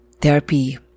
therapy